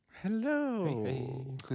Hello